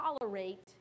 tolerate